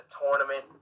tournament